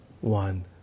one